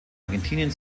argentinien